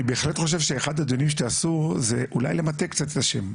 בהחלט חושב שאחד הדיונים שתעשו זה אולי למתג קצת את השם,